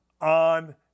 on